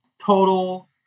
Total